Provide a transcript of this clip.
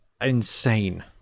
insane